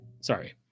Sorry